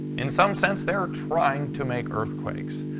in some sense, they're trying to make earthquakes.